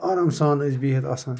آرام سان ٲسۍ بیٚہِتھ آسان